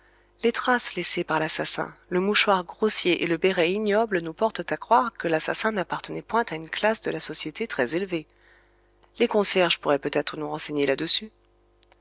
les traces laissées par l'assassin le mouchoir grossier et le béret ignoble nous portent à croire que l'assassin n'appartenait point à une classe de la société très élevée les concierges pourraient peut-être nous renseigner là-dessus